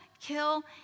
kill